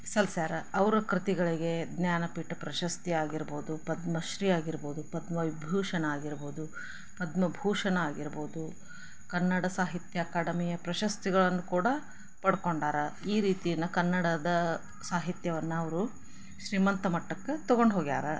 ಸಲ್ಲಿಸ್ಯಾರ ಅವರ ಕೃತಿಗಳಿಗೆ ಜ್ಞಾನಪೀಠ ಪ್ರಶಸ್ತಿ ಆಗಿರ್ಬೋದು ಪದ್ಮಶ್ರೀ ಆಗಿರ್ಬೋದು ಪದ್ಮವಿಭೂಷಣ ಆಗಿರ್ಬೋದು ಪದ್ಮಭೂಷಣ ಆಗಿರ್ಬೋದು ಕನ್ನಡ ಸಾಹಿತ್ಯ ಅಕಾಡಮಿಯ ಪ್ರಶಸ್ತಿಗಳನ್ನು ಕೂಡ ಪಡ್ಕೊಂಡಾರ ಈ ರೀತಿ ಕನ್ನಡದ ಸಾಹಿತ್ಯವನ್ನು ಅವರು ಶ್ರೀಮಂತ ಮಟ್ಟಕ್ಕೆ ತಗೊಂಡು ಹೋಗ್ಯಾರ